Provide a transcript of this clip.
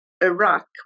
Iraq